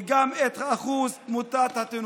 וגם את אחוז תמותת התינוקות.